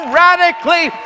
radically